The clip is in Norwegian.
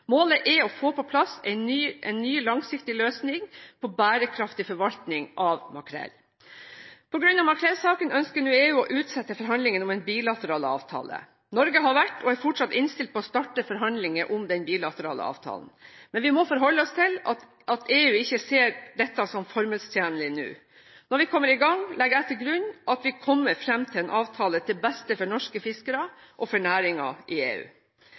Målet er å få på plass en ny langsiktig løsning på bærekraftig forvaltning av makrell. På grunn av makrellsaken ønsker EU nå å utsette forhandlingene om en bilateral avtale. Norge har vært og er fortsatt innstilt på å starte forhandlingene om den bilaterale avtalen. Men vi må forholde oss til at EU ikke ser dette som formålstjenlig nå. Når vi kommer i gang, legger jeg til grunn at vi kommer fram til en avtale til beste for norske fiskere og næringen i EU.